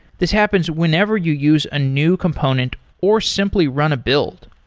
this happens whenever you use a new component or simply run a build.